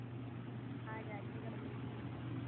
आ जाइएगा जल्दी